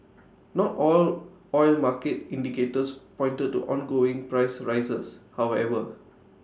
not all oil market indicators pointed to ongoing price rises however